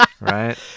Right